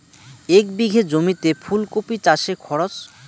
এক বিঘে জমিতে ফুলকপি চাষে খরচ?